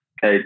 Hey